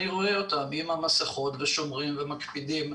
אני רואה אותם עם המסכות ושומרים ומקפידים,